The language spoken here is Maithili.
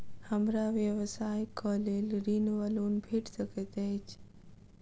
हमरा व्यवसाय कऽ लेल ऋण वा लोन भेट सकैत अछि?